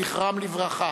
זכרם לברכה.